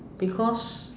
because